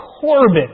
Corbin